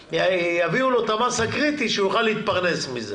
יביאו לו את המסה הקריטית שהוא יוכל להתפרנס מזה.